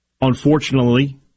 Unfortunately